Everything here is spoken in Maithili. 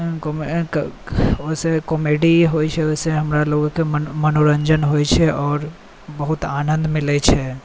ओहिसँ कॉमेडी होइ छै ओहिसँ हमरालोकके मनो मनोरञ्जन होइ छै आओर बहुत आनन्द मिलै छै